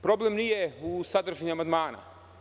Problem nije u sadržini amandmana.